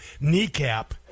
kneecap